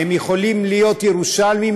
הם יכולים להיות ירושלמים,